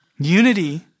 Unity